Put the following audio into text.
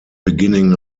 beginning